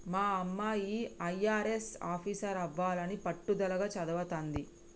మా అమ్మాయి అయ్యారెస్ ఆఫీసరవ్వాలని పట్టుదలగా చదవతాంది